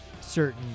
certain